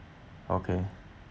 okay